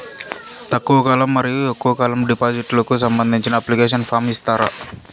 తక్కువ కాలం మరియు ఎక్కువగా కాలం డిపాజిట్లు కు సంబంధించిన అప్లికేషన్ ఫార్మ్ ఇస్తారా?